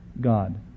God